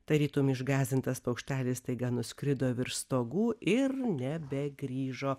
tarytum išgąsdintas paukštelis staiga nuskrido virš stogų ir nebegrįžo